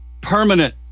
permanent